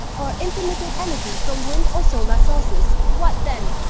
or intermittent energy from wind or solar sources. what then?